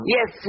Yes